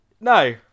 No